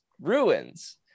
ruins